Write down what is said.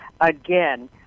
Again